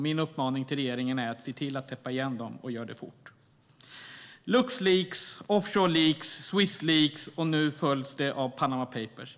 Min uppmaning till regeringen är: Se till att täppa igen dem, och gör det fort! Luxleaks, Offshoreleaks, Swissleaks följs nu av Panama Papers.